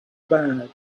bad